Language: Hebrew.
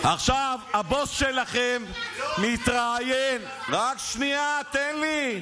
הבוס שלכם מתראיין, לא עושים, רק שנייה, תן לי.